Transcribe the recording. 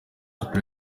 ati